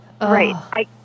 Right